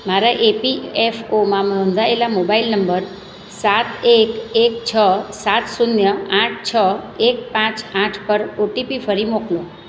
મારા એપીએફઓમાં નોંધાયેલા મોબાઈલ નંબર સાત એક એક છ સાત શૂન્ય આઠ છ એક પાંચ આઠ પર ઓટીપી ફરી મોકલો